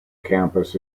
campus